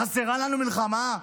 חסרה לנו מלחמה?